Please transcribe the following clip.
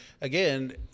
again